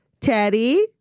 Teddy